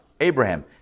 Abraham